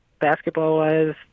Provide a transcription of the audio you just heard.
basketball-wise